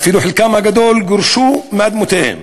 אפילו חלקם הגדול גורשו מאדמותיהם